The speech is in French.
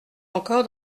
encore